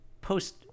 Post